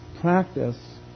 practice